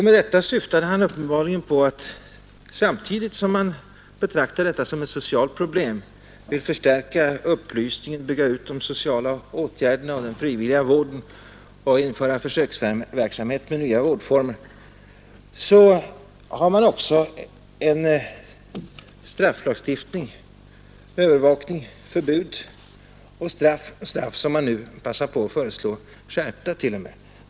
Med detta syftade herr Takman uppenbarligen på att samtidigt som man betraktar detta som ett socialt problem — förstärker upplysningen, bygger ut de sociala åtgärderna och den frivilliga vården och inför försöksverksamhet med nya vårdformer — så har man också en strafflagstiftning, övervakning, förbud och straff, som man nu till och med passar på att föreslå skärpta.